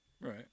Right